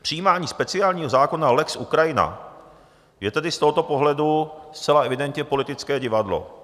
Přijímání speciálního zákona lex Ukrajina je tedy z tohoto pohledu zcela evidentně politické divadlo.